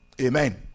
amen